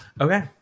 okay